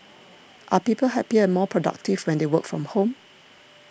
are people happier and more productive when they work from home